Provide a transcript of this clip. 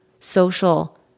social